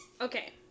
okay